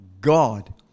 God